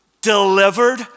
delivered